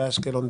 באשקלון,